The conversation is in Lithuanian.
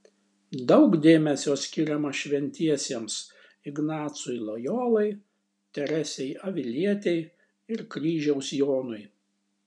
daug dėmesio skiriama šventiesiems ignacui lojolai teresei avilietei ir kryžiaus jonui